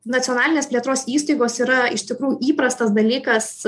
nacionalinės plėtros įstaigos yra iš tikrųjų įprastas dalykas